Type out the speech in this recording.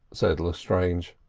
said lestrange.